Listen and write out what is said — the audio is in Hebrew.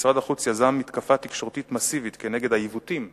משרד החוץ יזם מתקפה תקשורתית מסיבית כנגד העיוותים שבדוח,